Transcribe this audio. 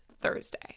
Thursday